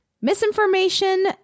misinformation